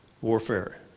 warfare